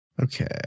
Okay